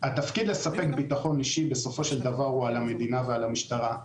התפקיד לספק ביטחון אישי בסופו של דבר הוא על המדינה ועל המשטרה.